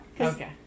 Okay